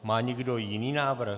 Má někdo jiný návrh?